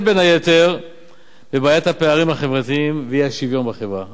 בין היתר בבעיית הפערים החברתיים והאי-שוויון בחברה.